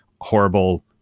horrible